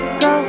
go